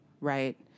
right